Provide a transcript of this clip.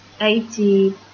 eighty